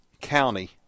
county